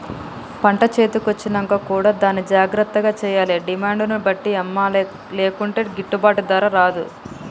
పంట చేతి కొచ్చినంక కూడా దాన్ని జాగ్రత్త చేయాలే డిమాండ్ ను బట్టి అమ్మలే లేకుంటే గిట్టుబాటు ధర రాదు